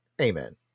Amen